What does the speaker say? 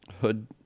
hood